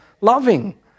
loving